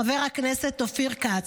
חבר הכנסת אופיר כץ.